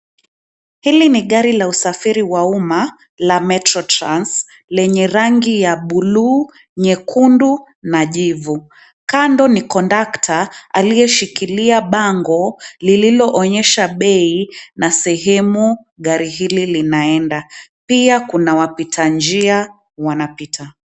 Hili ni gari la usafiri wa umma la Metro Trans, lenye rangi ya bluu, nyekundu na jivu. Kando ni conductor aliyeshikilia bango lililoonyesha bei na sehemu gari hili linaenda, pia kuna wapita njia wanapita.